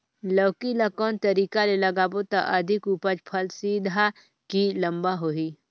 लौकी ल कौन तरीका ले लगाबो त अधिक उपज फल सीधा की लम्बा होही?